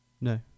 no